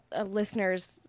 listener's